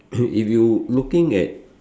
if you looking at